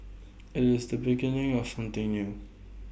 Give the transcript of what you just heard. IT is the beginning of something new